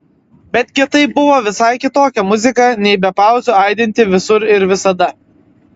betgi tai buvo visai kitokia muzika nei be pauzių aidinti visur ir visada